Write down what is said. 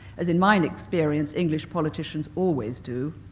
as, in my and experience, english politicians always do.